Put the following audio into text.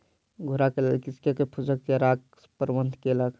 घोड़ा के लेल कृषक फूसक चाराक प्रबंध केलक